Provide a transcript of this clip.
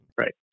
Right